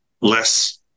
less